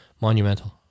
monumental